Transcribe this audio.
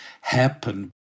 happen